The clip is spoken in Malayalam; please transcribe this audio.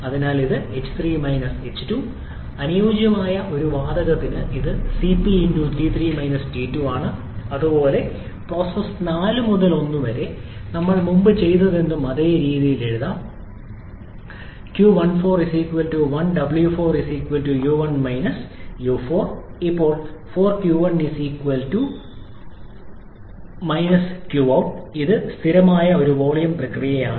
അതിനാൽ ഇത് ℎ3 ℎ2 അനുയോജ്യമായ ഒരു വാതകത്തിന് ഇത് ഇതാണ് 𝑐𝑝 𝑇3 𝑇2 അതുപോലെ പ്രോസസ്സ് 4 മുതൽ 1 വരെ ഞങ്ങൾ മുമ്പ് ചെയ്തതെന്തും അതേ രീതിയിൽ എഴുതാം 1𝑞4 1𝑤4 𝑢1 𝑢4 ഇപ്പോൾ 4𝑞1 − qout ഇത് ഒരു സ്ഥിരമായ വോളിയം പ്രക്രിയയാണ്